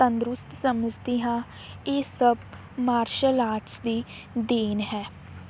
ਤੰਦਰੁਸਤ ਸਮਝਦੀ ਹਾਂ ਇਹ ਸਭ ਮਾਰਸ਼ਲ ਆਰਟਸ ਦੀ ਦੇਣ ਹੈ